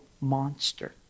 monster